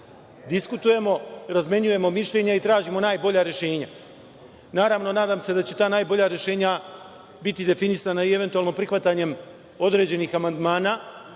diskutujemo, razmenjujemo mišljenja i tražimo najbolja rešenja. Naravno, nadam se da će ta najbolja rešenja biti definisana i, eventualno, prihvatanjem određenih amandmana,